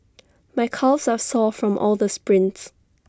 my calves are sore from all the sprints